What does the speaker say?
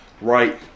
Right